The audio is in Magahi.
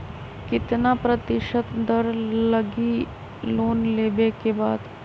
कितना प्रतिशत दर लगी लोन लेबे के बाद?